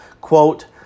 quote